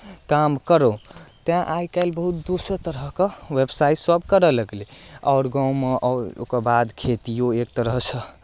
काम करू तैँ आइ काल्हि बहुत दोसर तरहके व्यवसाय सभ करय लगलै आओर गाँवमे आओर ओकर बाद खेतिओ एक तरहसँ